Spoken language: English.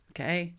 Okay